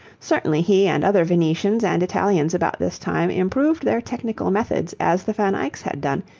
certainly he and other venetians and italians about this time improved their technical methods as the van eycks had done,